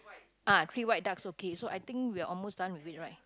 ah three white ducks okay so I think we're almost done with it right